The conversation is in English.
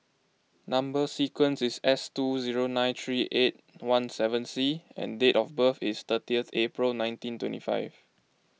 Number Sequence is S two zero nine three eight one seven C and date of birth is thirty April nineteen twenty five